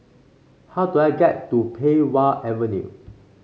how do I get to Pei Wah Avenue